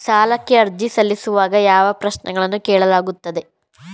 ಸಾಲಕ್ಕೆ ಅರ್ಜಿ ಸಲ್ಲಿಸುವಾಗ ಯಾವ ಪ್ರಶ್ನೆಗಳನ್ನು ಕೇಳಲಾಗುತ್ತದೆ?